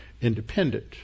independent